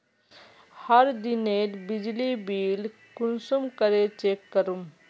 हर दिनेर बिजली बिल कुंसम करे चेक करूम?